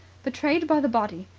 betrayed by the body,